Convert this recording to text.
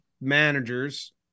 managers